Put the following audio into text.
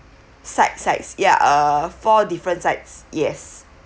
sides sides ya uh four different sides yes